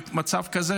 במצב כזה,